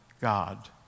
God